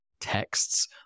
texts